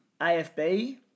AFB